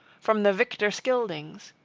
from the victor-scyldings.